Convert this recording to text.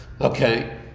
Okay